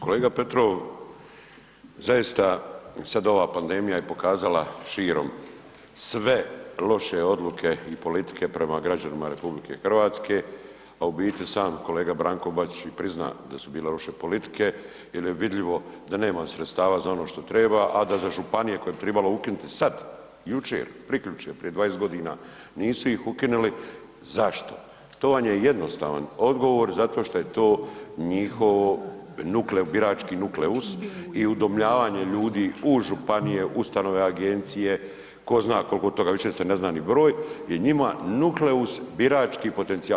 Kolega Petrov, zaista sad ova pandemija je pokazala širom sve loše odluke i politike prema građanima RH, a u biti sam kolega Branko Bačić je prizna da su bile loše politike jer je vidljivo da nema sredstava za ono što treba, a da za županije koje bi tribalo ukinuti sad, jučer, prikjučer, prije 20 godina nisu ih ukinuli, zašto, to vam je jednostavan odgovor zato što je to njihovo birački nukleus i udomljavanje ljudi u županije, ustanove, agencije, tko zna koliko toga više se ne zna ni broj, je njima nukleus birački potencijal.